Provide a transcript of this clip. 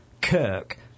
Kirk